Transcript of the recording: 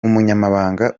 umunyamabanga